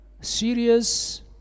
serious